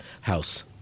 House